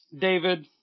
David